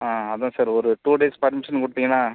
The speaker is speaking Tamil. ஆ அதுதான் சார் ஒரு டூ டேஸ் பர்மிஷன் கொடுத்திங்கன்னா